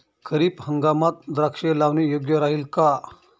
खरीप हंगामात द्राक्षे लावणे योग्य राहिल का?